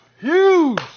Huge